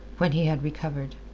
when he had recovered.